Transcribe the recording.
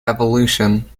evolution